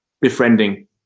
befriending